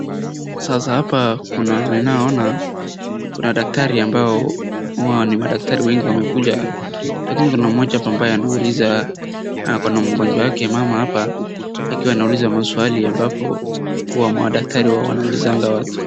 Sasa hapa kuna ninaeona kuna daktari ambayo huwa ni madaktari wengi wamekuja lakini kuna mmoja hapa anauliza ako na mgonjwa yake mama hapa akiwa anauliza maswali ambapo huwa madaktari wanaulizanga watu.